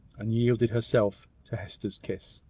and yielded herself to hester's kiss.